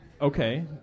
Okay